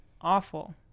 awful